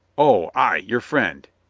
oh, ay, your friend.